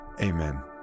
Amen